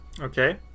Okay